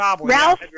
Ralph